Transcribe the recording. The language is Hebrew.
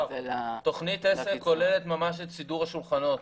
תוכנית עסק כוללת ממש את סידור השולחנות.